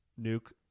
Nuke